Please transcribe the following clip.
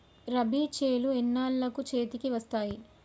రబీ చేలు ఎన్నాళ్ళకు చేతికి వస్తాయి?